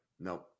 Nope